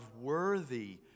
worthy